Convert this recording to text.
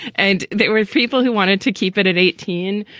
and there were people who wanted to keep it at eighteen.